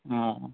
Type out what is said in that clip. ఆ